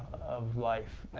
of life,